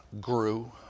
grew